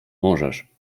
możesz